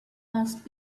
must